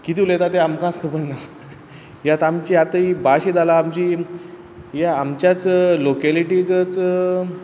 कितें उलयता तें आमकांच खबन्ना यें आतां आमची आतां ई भाश ई जाला आमची यें आमच्याच लोकेलिटिकच